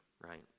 right